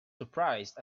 surprised